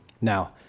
Now